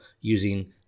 using